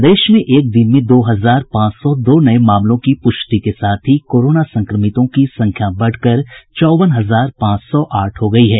प्रदेश में एक दिन में दो हजार पांच सौ दो नये मामलों की पुष्टि के साथ कोरोना संक्रमितों की संख्या बढ़कर चौवन हजार पांच सौ आठ हो गयी है